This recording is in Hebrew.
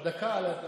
עוד דקה על הצלצול.